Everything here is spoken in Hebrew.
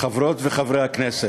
חברות וחברי הכנסת,